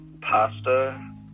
pasta